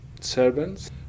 servants